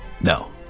No